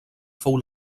fou